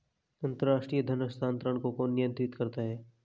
अंतर्राष्ट्रीय धन हस्तांतरण को कौन नियंत्रित करता है?